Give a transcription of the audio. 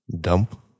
Dump